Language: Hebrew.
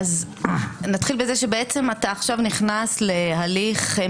נתחיל בזה שבעצם אתה עכשיו נכנס להמשך